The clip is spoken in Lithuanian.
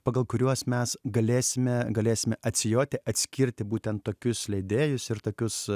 pagal kuriuos mes galėsime galėsime atsijoti atskirti būtent tokius leidėjus ir tokius